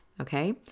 Okay